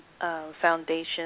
foundation